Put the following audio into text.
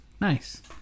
Nice